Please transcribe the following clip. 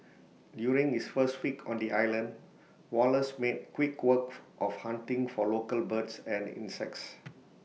during his first week on the island Wallace made quick work of hunting for local birds and insects